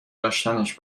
داشتنش